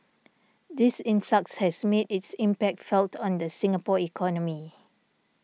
this influx has made its impact felt on the Singapore economy